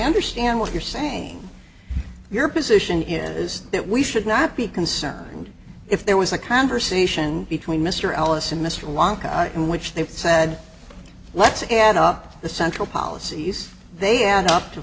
understand what you're saying your position is that we should not be concerned if there was a conversation between mr ellis and mr long in which they said let's add up the central policies they add up to